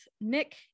Nick